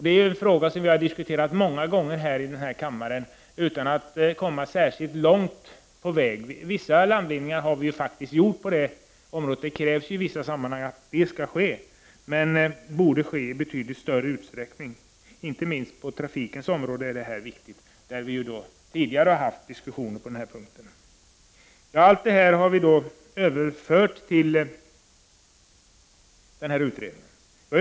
Det är en fråga vi har diskuterat många gånger i denna kammare utan att komma särskilt långt på väg. Vissa landvinningar har vi gjort. Det krävs i vissa sammanhang att miljökonsekvensanalys skall göras. Sådana borde dock ske i betydligt större utsträckning, inte minst på trafikens område. Vi har ju tidigare haft diskussioner om det. Alla de krav jag nu har talat om har överförts till den utredning som skall göras.